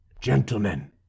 Gentlemen